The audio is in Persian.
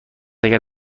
اگر